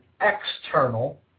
external